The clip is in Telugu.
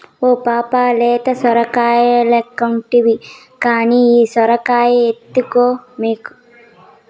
ఓ పాపా లేత సొరకాయలెక్కుంటివి కానీ ఈ సొరకాయ ఎత్తుకో మీకు